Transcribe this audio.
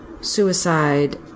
suicide